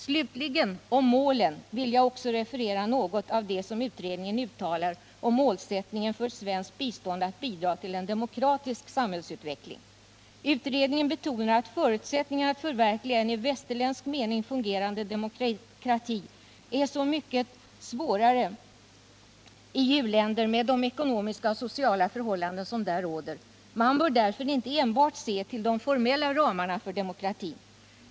Slutligen vill jag också referera något av det som utredningen uttalar om den fjärde målsättningen för svenskt bistånd, att bidra till en demokratisk samhällsutveckling. Utredningen betonar att förutsättningarna att förverkliga en i västerländsk mening fungerande demokrati är så mycket svårare i u-länder med de ekonomiska och sociala förhållanden som där råder. Man bör därför inte enbart se till de formella ramarna för demokratin.